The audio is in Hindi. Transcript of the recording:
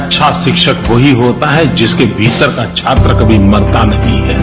अच्छा शिक्षक वहीं होता है जिसके भीतर का छात्र कभी मरता नहीं है